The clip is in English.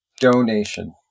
Donation